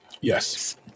yes